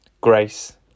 Grace